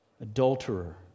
adulterer